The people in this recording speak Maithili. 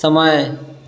समय